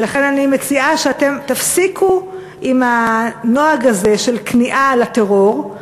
ולכן אני מציעה שאתם תפסיקו עם הנוהג הזה של כניעה לטרור,